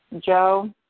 Joe